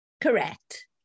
Correct